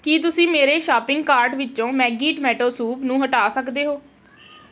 ਕੀ ਤੁਸੀਂ ਮੇਰੇ shopping cart ਵਿੱਚੋਂ ਮੈਗੀ ਟਮੈਟੋ ਸੂਪ ਨੂੰ ਹਟਾ ਸਕਦੇ ਹੋ